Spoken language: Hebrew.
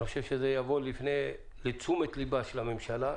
אני חושב שזה יבוא לתשומת ליבה של הממשלה,